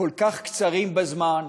כל כך קצרים בזמן,